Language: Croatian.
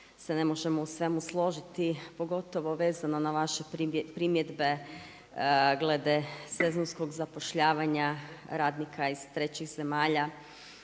se ne možemo u svemu složiti, pogotovo vezano na vaše primjedbe glede sezonskog zapošljavanja radnika iz trećih zemalja.